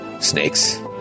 snakes